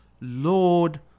Lord